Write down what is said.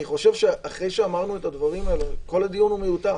אני חושב שאחרי שאמרנו את הדברים האלה כל הדיון הוא מיותר,